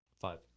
Five